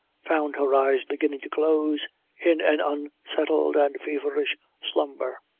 found her eyes beginning to close in an unsettled and feverish slumber.